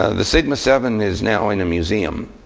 the sigma seven is now in a museum.